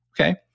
okay